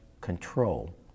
control